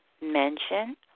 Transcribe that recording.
mention